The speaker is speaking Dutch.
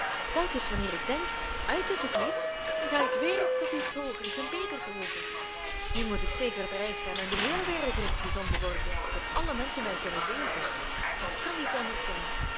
telkens wanneer ik denk uit is het lied dan ga ik weer tot iets hoogers en beters over nu moet ik zeker op reis gaan en de heele wereld rondgezonden worden opdat alle menschen mij kunnen lezen dat kan niet anders zijn